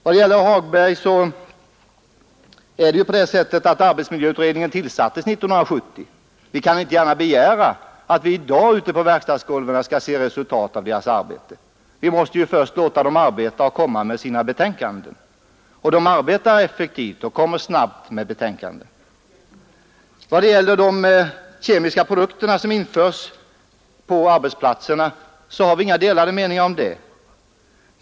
Till herr Hagberg vill jag säga att arbetsmiljöutredningen tillsattes 1970. Vi kan väl inte begära att vi redan i dag på verkstadsgolven skall se resultat av dess arbete. Vi måste först låta utredningen arbeta och låta den komma med ett betänkande. Den arbetar effektivt och kommer nog snabbt med ett betänkande. I fråga om de kemiska produkter som införs på arbetsplatserna har vi inga delade meningar.